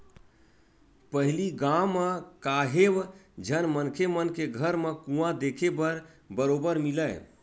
पहिली गाँव म काहेव झन मनखे मन के घर म कुँआ देखे बर बरोबर मिलय